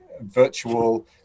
virtual